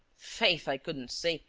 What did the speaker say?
faith, i couldn't say.